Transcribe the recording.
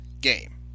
game